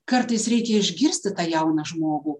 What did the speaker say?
kartais reikia išgirsti tą jauną žmogų